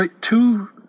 two